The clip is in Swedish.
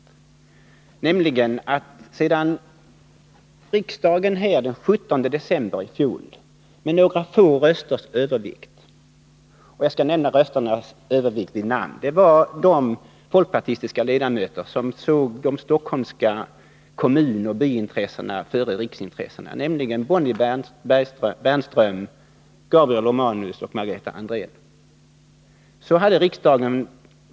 Riksdagen fattade sitt beslut den 17 december i fjol med några få rösters övervikt. Det var några folkpartistiska ledamöter som satte de stockholmska byintressena före riksintressena, och jag skall nämna dem vid namn: Bonnie Bernström, Gabriel Romanus och Margareta Andrén.